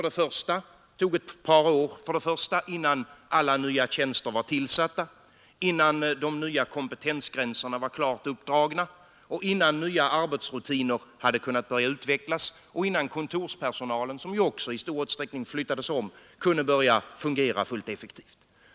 Det tog ett par år, innan alla nya tjänster var tillsatta, innan de nya kompetensgränserna var klart uppdragna, innan nya arbetsrutiner hade kunnat börja utvecklas och innan kontorspersonalen, som ju också i stor utsträckning flyttades om, kunde börja fungera fullt effektivt.